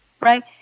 right